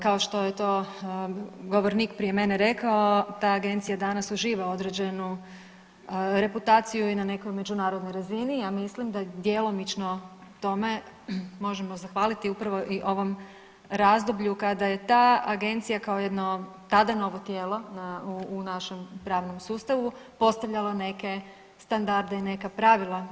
Kao što je to govornik prije mene rekao ta agencija danas uživa određenu reputaciju i na nekoj međunarodnoj razini, a mislim da djelomično tome možemo zahvaliti upravo i ovom razdoblju kada je ta agencija kao jedno tada novo tijelu u našem pravom sustavu postavljalo neke standarde i neka pravila.